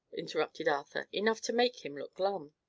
interrupted arthur. enough to make him look glum.